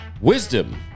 wisdom